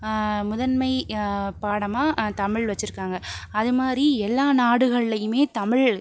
முதன்மை பாடமாக தமிழ் வச்சுருக்காங்க அதுமாதிரி எல்லா நாடுகள்லேயுமே தமிழ்